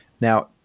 Now